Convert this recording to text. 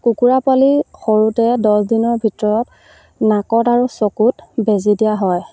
কুকুৰা পোৱালি সৰুতে দহ দিনৰ ভিতৰত নাকত আৰু চকুত বেজী দিয়া হয়